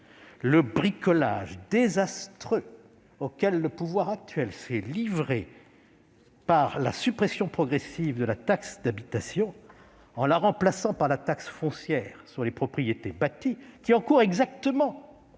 Le bricolage désastreux auquel le pouvoir actuel s'est livré, par la suppression progressive de la taxe d'habitation, remplacée par la taxe foncière sur les propriétés bâties, qui encourt exactement